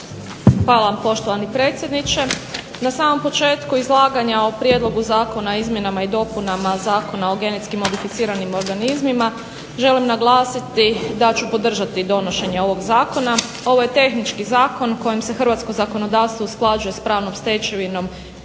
Hvala vam poštovani predsjedniče. Na samom početku izlaganja o prijedlogu Zakona o izmjenama i dopunama Zakona o genetski modificiranim organizmima želim naglasiti da ću podržati donošenje ovog zakona. Ovo je tehnički zakon kojem se hrvatsko zakonodavstvo usklađuje s pravnom stečevinom,